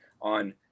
on